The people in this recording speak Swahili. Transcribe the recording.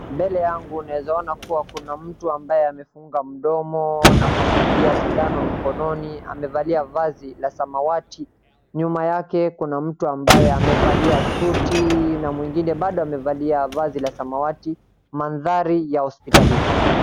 Mbele yangu naeza ona kuwa kuna mtu ambaye amefunga mdomo na kushikilia sindano mkononi amevalia vazi la samawati. Nyuma yake kuna mtu ambaye amevalia suti na mwingine bado amevalia vazi la samawati, mandhari ya hospitalini.